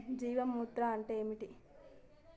జీవామృతం అంటే ఏంటి?